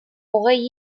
hogei